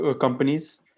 companies